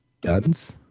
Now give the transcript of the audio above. guns